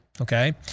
Okay